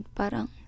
parang